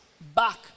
back